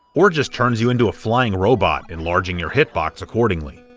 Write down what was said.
or just turns you into a flying robot, enlarging your hit-box accordingly.